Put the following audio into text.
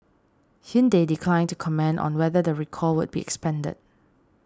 Hyundai declined to comment on whether the recall would be expanded